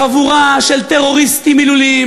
אכבר שב"חים שנמצאים,